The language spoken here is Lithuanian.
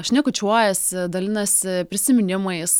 šnekučiuojasi dalinasi prisiminimais